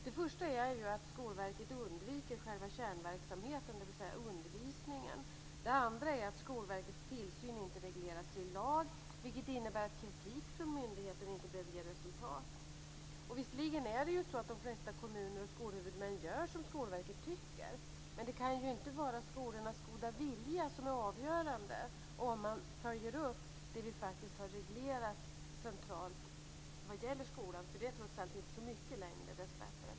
Den första är att Skolverket undviker själva kärnverksamheten, dvs. undervisningen. Den andra är att Skolverkets tillsyn inte har reglerats i lag, vilket innebär att kritik från myndigheten inte behöver ge resultat. Visserligen gör de flesta kommuner och skolhuvudmän som Skolverket tycker, men det kan inte vara skolornas goda vilja som är avgörande för om man följer upp vad som faktiskt har reglerats centralt vad gäller skolan. Det är, dessbättre, inte så mycket längre.